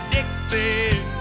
Dixie